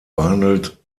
behandelt